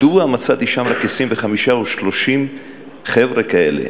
מדוע מצאתי שם 25 או 30 חבר'ה כאלה?